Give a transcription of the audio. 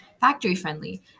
factory-friendly